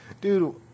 dude